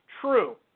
true